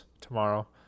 tomorrow